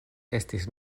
estis